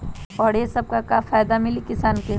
और ये से का फायदा मिली किसान के?